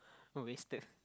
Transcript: wasted